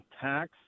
tax